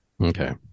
Okay